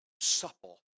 supple